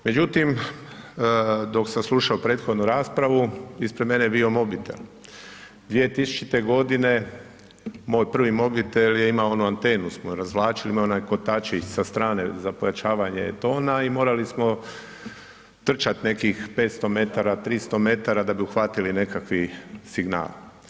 Međutim, dok sam slušao prethodnu raspravu ispred mene je bio mobitel, 2000. godine moj prvi mobitel je imao onu antenu smo razvlačili imao je onaj kotačić sa strane za pojačavanje tona i morali smo trčati nekim 500 m, 300 m, da bi uhvatili nekakvi signal.